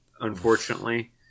unfortunately